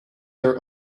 her